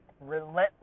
relentless